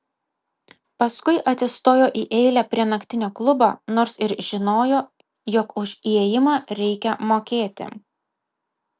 paskui atsistojo į eilę prie naktinio klubo nors ir žinojo jog už įėjimą reikia mokėti